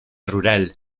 rural